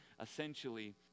essentially